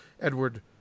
Edward